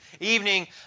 evening